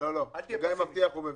אם גיא מבטיח הוא מביא.